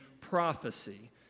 prophecy